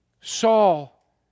Saul